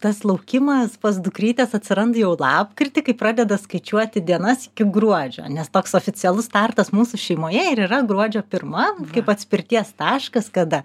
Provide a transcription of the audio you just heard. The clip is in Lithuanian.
tas laukimas pas dukrytes atsiranda jau lapkritį kai pradeda skaičiuoti dienas iki gruodžio nes toks oficialus startas mūsų šeimoje ir yra gruodžio pirma kaip atspirties taškas kada